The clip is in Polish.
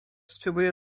spróbuję